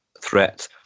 threat